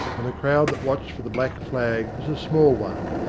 and the crowd that watched for the black flag was a small one,